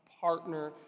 partner